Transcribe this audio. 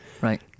Right